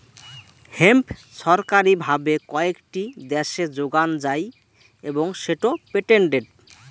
hemp ছরকারি ভাবে কয়েকটি দ্যাশে যোগান যাই এবং সেটো পেটেন্টেড